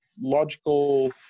logical